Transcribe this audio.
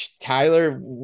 tyler